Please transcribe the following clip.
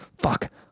fuck